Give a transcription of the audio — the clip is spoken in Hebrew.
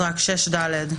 אז ב-6(ד)